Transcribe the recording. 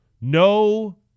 No